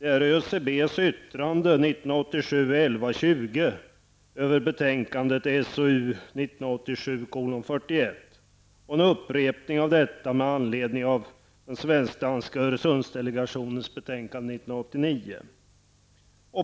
är Öresundsdelegationens betänkande 1989.